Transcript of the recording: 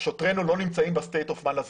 שוטרינו לא נמצאים ב-סטייט אוף מיינד הזה.